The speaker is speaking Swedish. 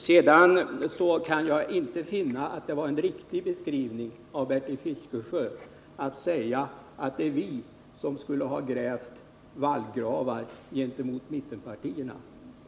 Jag kan inte finna att Bertil Fiskesjö lämnade en riktig beskrivning när han sade att det är vi socialdemokrater som skulle ha grävt vallgravar mot mittenpartierna.